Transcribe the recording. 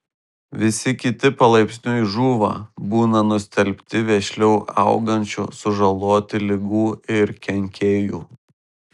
visi kiti palaipsniui žūva būna nustelbti vešliau augančių sužaloti ligų ir kenkėjų